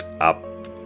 up